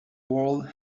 world